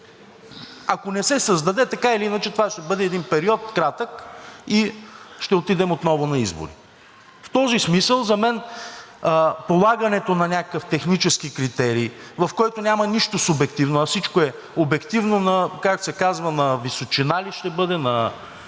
Ако не се създаде, така или иначе това ще бъде един кратък период и ще отидем отново на избори. В този смисъл за мен полагането на някакъв технически критерий, в който няма нищо субективно, а всичко е обективно, както се казва, на височина ли ще бъде, на